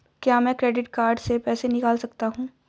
क्या मैं credit card से पैसे निकाल सकता हूँ?